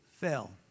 fail